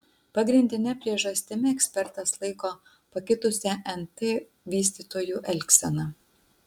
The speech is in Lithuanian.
pagrindine priežastimi ekspertas laiko pakitusią nt vystytojų elgseną